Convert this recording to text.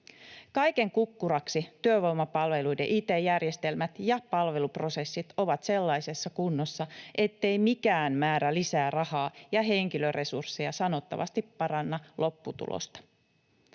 Kaiken kukkuraksi työvoimapalveluiden it-järjestelmät ja palveluprosessit ovat sellaisessa kunnossa, ettei mikään määrä lisää rahaa ja henkilöresursseja sanottavasti paranna lopputulosta.